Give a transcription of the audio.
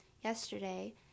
yesterday